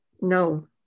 No